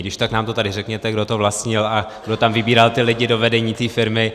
Když tak nám to tady řekněte, kdo to vlastnil a kdo tam vybíral lidi do vedení té firmy.